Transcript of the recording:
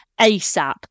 ASAP